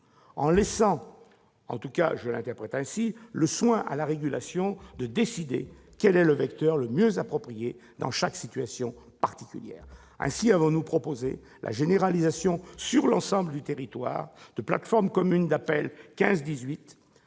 en laissant- en tout cas, je l'interprète ainsi -le soin à la régulation de décider quel est le vecteur le mieux approprié dans chaque situation particulière. Ainsi avons-nous proposé la généralisation, sur l'ensemble du territoire, de plateformes communes d'appel 15-18.